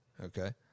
okay